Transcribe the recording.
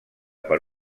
per